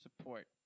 support